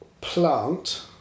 plant